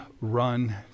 run